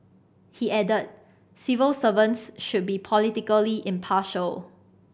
he added civil servants should be politically impartial